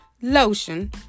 lotion